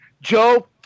Joe